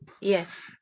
Yes